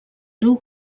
riu